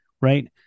Right